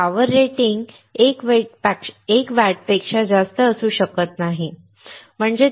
त्याचे power rating 1 वॅटपेक्षा जास्त असू शकत नाही